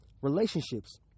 relationships